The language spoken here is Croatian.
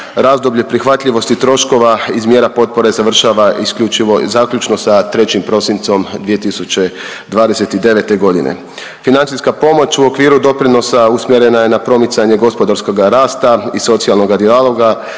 Razdoblje prihvatljivosti troškova iz mjera potpore završava isključivo, zaključno sa 3. prosincom 2029. godine. Financijska pomoć u okviru doprinosa usmjerena je na promicanje gospodarskoga rasta i socijalnoga dijaloga,